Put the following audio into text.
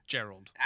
Gerald